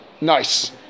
Nice